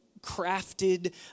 crafted